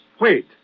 Wait